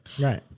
Right